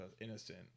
innocent